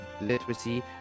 literacy